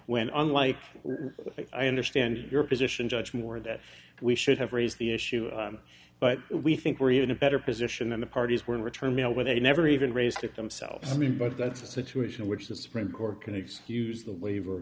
when unlike i understand your position judge moore that we should have raised the issue but we think we're in a better position than the parties were in return mail where they never even raised it themselves i mean but that's a situation in which the supreme court can excuse the waiver